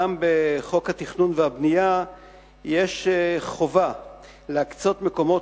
בחוק התכנון והבנייה יש חובה להקצות מקומות